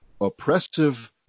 oppressive